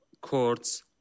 courts